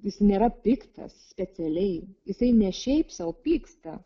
jis nėra piktas specialiai jisai ne šiaip sau pyksta